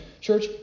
Church